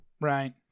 Right